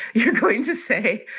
you're going to say,